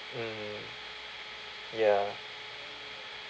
mm ya